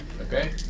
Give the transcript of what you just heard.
Okay